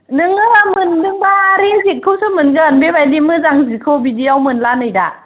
नोंयो मोनदोंबा रेजेकखौसो मोनगोन बेबायदि मोजां जिखौ बिदियाव मोनला नै दा